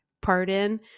Pardon